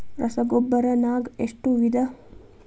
ರಸಗೊಬ್ಬರ ನಾಗ್ ಎಷ್ಟು ವಿಧ?